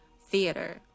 theater